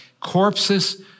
Corpses